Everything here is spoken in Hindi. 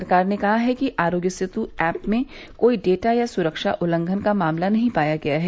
सरकार ने कहा है कि आरोग्य सेतु ऐप में कोई डेटा या सुरक्षा उल्लंघन का मामला नहीं पाया गया है